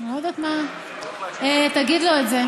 אנחנו בעד.